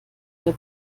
der